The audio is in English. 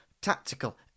tactical